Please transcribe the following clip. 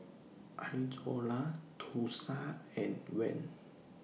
Izora Thursa and Van